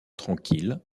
tranquille